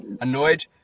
annoyed